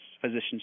physicians